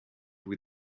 with